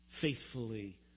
faithfully